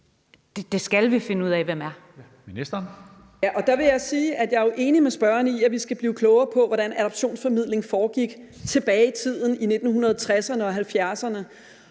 Der vil jeg jo sige, at jeg er enig med spørgeren i, at vi skal blive klogere på, hvordan adoptionsformidlingen foregik tilbage i tiden i 1960'erne og 1970'erne,